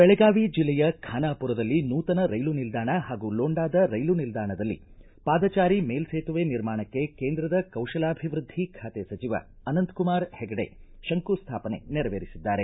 ಬೆಳಗಾವಿ ಜಿಲ್ಲೆಯ ಖಾನಾಪುರದಲ್ಲಿ ನೂತನ ರೈಲು ನಿಲ್ದಾಣ ಹಾಗೂ ಲೋಂಡಾದ ರೈಲು ನಿಲ್ದಾಣದಲ್ಲಿ ಪಾದಚಾರಿ ಮೇಲ್ಲೇತುವೆ ನಿರ್ಮಾಣಕ್ಕೆ ಕೇಂದ್ರದ ಕೌಶಲಾಭಿವೃದ್ದಿ ಖಾತೆ ಸಚಿವ ಅನಂತಕುಮಾರ ಹೆಗಡೆ ಶಂಕುಸ್ಥಾಪನೆ ನೆರವೇರಿಸಿದ್ದಾರೆ